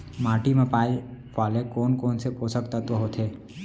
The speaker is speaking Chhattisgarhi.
माटी मा पाए वाले कोन कोन से पोसक तत्व होथे?